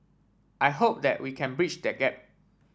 I hope that we can breach that gap